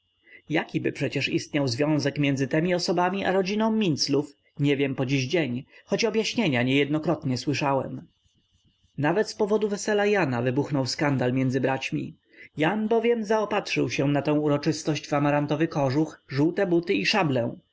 porucznika jakiby przecież istniał związek między temi osobami a rodziną minclów nie wiem podziśdzień choć objaśnienia niejednokrotnie słyszałem nawet z powodu wesela jana wybuchnął skandal między braćmi jan bowiem zaopatrzył się na tę uroczystość w amarantowy kontusz żółte buty i szablę